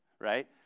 right